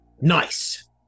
Nice